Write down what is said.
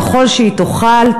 ככל שהיא תוכל,